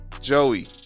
Joey